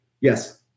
Yes